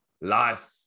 life